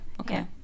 okay